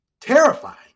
terrifying